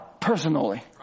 personally